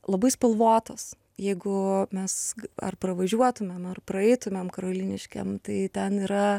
labai spalvotos jeigu mes ar pravažiuotumėm ar praeitumėm karoliniškėm tai ten yra